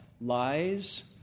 lies